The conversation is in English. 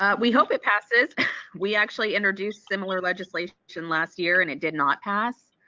um we hope it passes we actually introduced similar legislation last year and it did not pass.